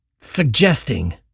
suggesting